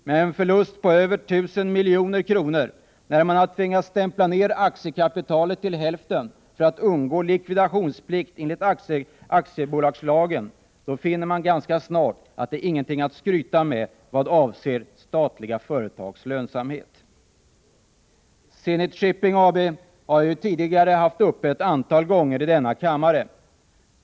Med en förlust på över 1 000 milj.kr. har man tvingats stämpla ner aktiekapitalet till hälften för att undgå likvidationsplikt enligt aktiebolagslagen. Man finner ganska snart att statliga företags lönsamhet inte är någonting att skryta med. Zenit Shipping AB har jag tidigare debatterat ett antal gånger i denna kammare.